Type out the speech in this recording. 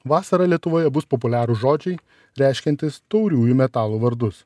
vasarą lietuvoje bus populiarūs žodžiai reiškiantys tauriųjų metalų vardus